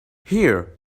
here